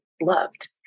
loved